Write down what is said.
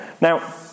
Now